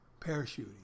parachuting